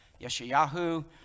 Yeshayahu